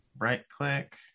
Right-click